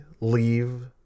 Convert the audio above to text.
leave